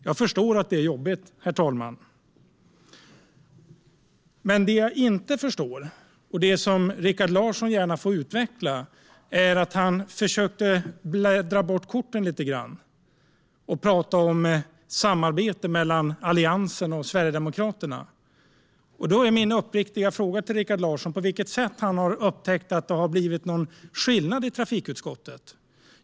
Jag förstår att det är jobbigt, herr talman. Det jag inte förstår - Rikard Larsson får gärna utveckla det - är hans försök att blanda bort korten och prata om samarbete mellan Alliansen och Sverigedemokraterna. Min uppriktiga fråga till Rikard Larsson är på vilket sätt han har upptäckt att det har blivit någon skillnad i trafikutskottet.